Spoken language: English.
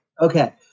Okay